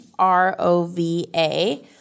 r-o-v-a